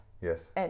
Yes